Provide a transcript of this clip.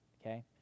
Okay